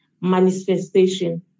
manifestation